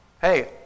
hey